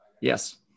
Yes